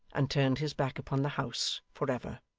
and turned his back upon the house for ever.